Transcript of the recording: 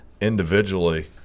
individually